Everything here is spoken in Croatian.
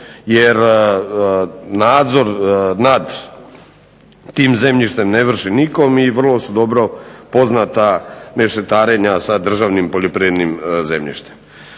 jer nadzor nad tim zemljištem ne vrši nitko i vrlo su dobro poznata mešetarenja sa državnim poljoprivrednim zemljištem.